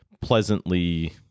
pleasantly